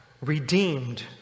redeemed